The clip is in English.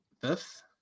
Fifth